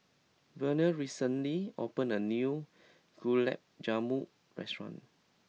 Verner recently opened a new Gulab Jamun Restaurant